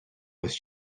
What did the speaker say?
was